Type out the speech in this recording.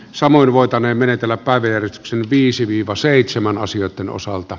samoin voitaneen menetellä paatero viisi viivaseitsemänasioitten osalta